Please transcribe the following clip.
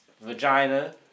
vagina